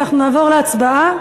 אנחנו נעבור להצבעה